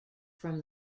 from